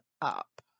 up